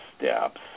steps